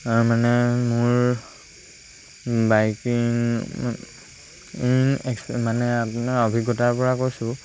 আৰু মানে মোৰ বাইকিং ইং একচ মানে আপোনাৰ অভিজ্ঞতাৰ পৰা কৈছোঁ